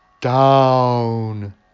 down